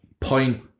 point